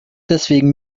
deswegen